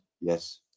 Yes